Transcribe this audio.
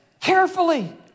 carefully